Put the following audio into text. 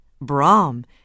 Brahm